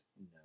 no